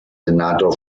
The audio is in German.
senator